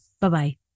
Bye-bye